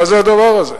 מה זה הדבר הזה?